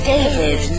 David